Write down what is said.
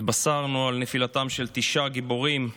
התבשרנו על נפילתם של תשעה גיבורים.